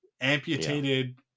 amputated